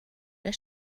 der